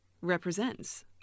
represents